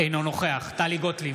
אינו נוכח טלי גוטליב,